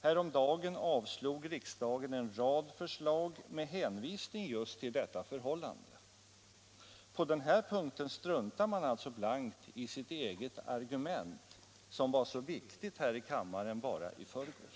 Häromdagen avslog riksdagen en rad förslag med hänvisning just till detta, förhållande. På den här punkten struntar man alltså blankt i sitt eget argument, som var så viktigt här i kammaren bara i förrgår!